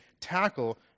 tackle